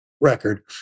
record